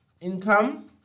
income